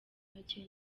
make